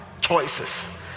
Choices